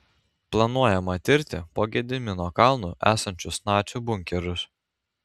planuojama tirti po gedimino kalnu esančius nacių bunkerius